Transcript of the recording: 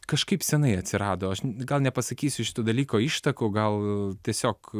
kažkaip senai atsirado gal nepasakysiu šito dalyko ištakų gal tiesiog